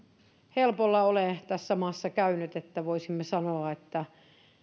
helpolla ole tässä maassa käynyt että voisimme sanoa että